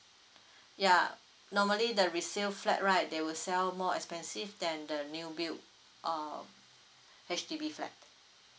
ya normally the resale flat right they will sell more expensive than the new built uh H_D_B flat